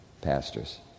pastors